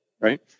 right